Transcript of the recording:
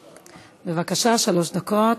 בבקשה, שלוש דקות.